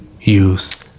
use